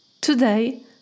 today